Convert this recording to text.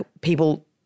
people